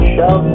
Show